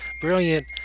brilliant